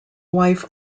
wife